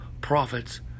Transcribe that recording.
prophets